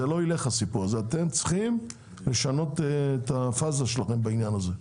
אתם צריכים לשנות את הפאזה שלכם בעניין הזה.